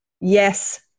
yes